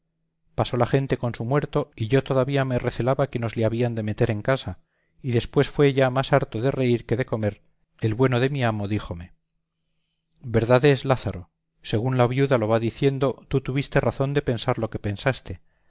pasó la gente con su muerto y yo todavía me recelaba que nos le habían de meter en casa y después fue ya más harto de reír que de comer el bueno de mi amo díjome verdad es lázaro según la viuda lo va diciendo tú tuviste razón de pensar lo que pensaste